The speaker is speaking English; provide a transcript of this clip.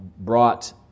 brought